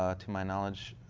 ah to my knowledge,